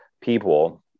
people